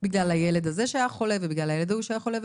בגלל הילד הזה שהיה חולה ובגלל הילד ההוא שהיה חולה,